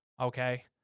Okay